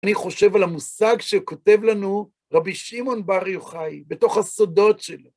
אני חושב על המושג שכותב לנו רבי שמעון בר יוחאי, בתוך הסודות שלו.